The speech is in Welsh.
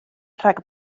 rhag